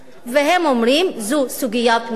והם אומרים: זו סוגיה פנימית